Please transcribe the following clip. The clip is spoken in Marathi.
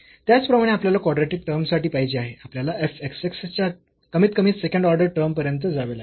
त्याचप्रमाणे आपल्याला कॉड्रॅटिक टर्म साठी पाहिजे आहे आपल्याला f xx च्या कमीतकमी सेकंड ऑर्डर टर्म पर्यंत जावे लागेल